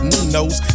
Ninos